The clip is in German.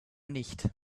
nicht